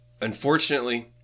Unfortunately